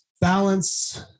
balance